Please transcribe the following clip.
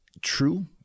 true